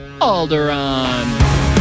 Alderaan